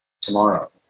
Tomorrow